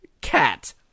cat